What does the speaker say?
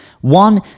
One